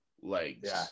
legs